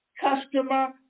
customer